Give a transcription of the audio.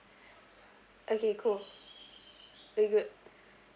okay cool very good